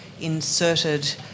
inserted